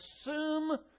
assume